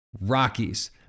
Rockies